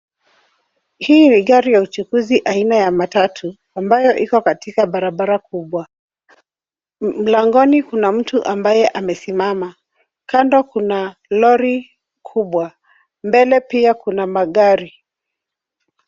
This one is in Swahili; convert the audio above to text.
Hii ni gari ya uchukuzi aina ya matatu ambayo iko katika barabara kubwa. Mlangoni kuna mtu ambaye amesimama. Kando kuna lori kubwa, mbele pia kuna magari.